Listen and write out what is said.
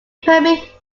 permit